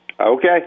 Okay